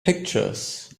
pictures